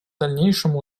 дальнейшему